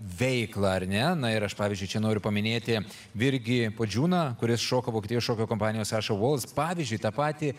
veiklą ar ne na ir aš pavyzdžiui čia noriu paminėti virgi puodžiūną kuris šoka vokietijos šokio kompanijos ašov vols pavyzdžiui tą patį